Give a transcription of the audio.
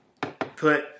put